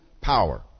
power